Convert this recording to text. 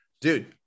dude